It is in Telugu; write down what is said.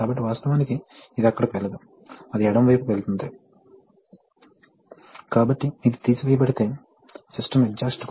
కానీ వాస్తవానికి డ్రా అయిన ద్రవం పంప్ నుండి స్మాల్ V ఉంటుంది